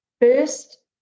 First